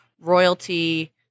royalty